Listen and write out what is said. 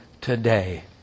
today